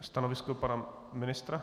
Stanovisko pana ministra?